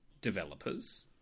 developers